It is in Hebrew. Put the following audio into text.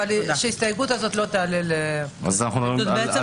אבל שההסתייגות הזאת לא תעלה --- מדברים על